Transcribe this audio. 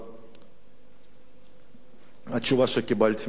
התשובה שקיבלתי מהן,